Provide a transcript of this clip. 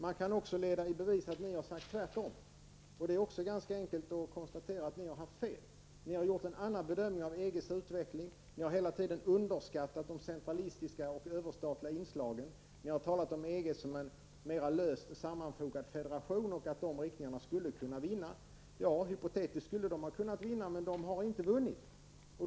Man kan också leda i bevis att ni sagt tvärtom. Det är också ganska enkelt att konstatera att ni har haft fel. Ni har gjort en annan bedömning av EGs utveckling. Ni har hela tiden undeskattat de centralistiska och överstatliga inslagen. Ni har talat om EG som en mer löst sammanfogad federation och trott att sådana riktningar skulle vinna. Ja, hypotetiskt skulle de ha kunnat vinna, men de har inte vunnit.